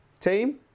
team